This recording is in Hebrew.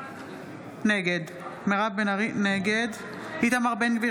נגד איתמר בן גביר,